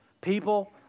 People